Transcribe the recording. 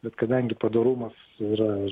bet kadangi padorumas yra